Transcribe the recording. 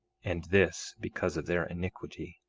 and this because of their iniquity.